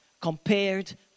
compared